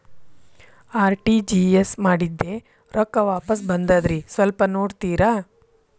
RTGS ಮಾಡಿದ್ದೆ ರೊಕ್ಕ ವಾಪಸ್ ಬಂದದ್ರಿ ಸ್ವಲ್ಪ ನೋಡ್ತೇರ?